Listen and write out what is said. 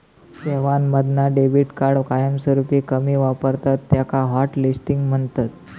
सेवांमधना debit card कायमस्वरूपी कमी वापरतत त्याका हॉटलिस्टिंग म्हणतत